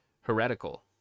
heretical